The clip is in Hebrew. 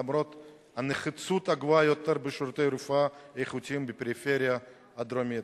למרות הנחיצות הגבוהה יותר בשירותי רפואה איכותיים בפריפריה הדרומית.